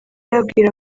yabwira